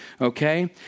Okay